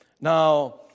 Now